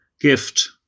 gift